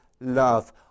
love